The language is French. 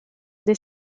des